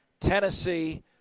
Tennessee